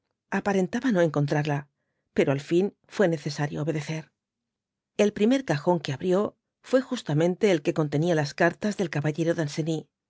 aparentaba no encontrala pero al fin fué necesario obedecer el primer cajcm que abrió fué justamente el que contenia las cartas del caballero